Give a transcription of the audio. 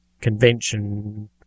convention